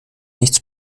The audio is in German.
nichts